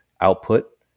output